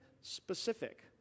specific